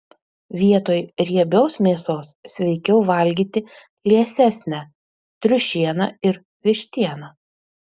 vietoj riebios mėsos sveikiau valgyti liesesnę triušieną ir vištieną